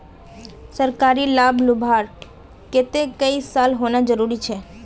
सरकारी लाभ लुबार केते कई साल होना जरूरी छे?